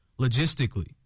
logistically